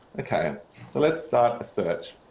okay so let's start a search.